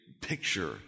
picture